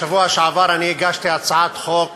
בשבוע שעבר אני הגשתי הצעת חוק